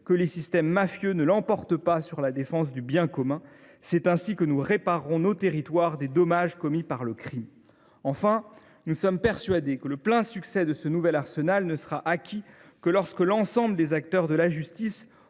que les systèmes mafieux ne l’emportent pas sur la défense du bien commun. C’est ainsi que nous réparerons nos territoires des dommages commis par le crime. Enfin, le plein succès de ce nouvel arsenal ne sera atteint que lorsque l’ensemble des acteurs de la justice